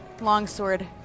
longsword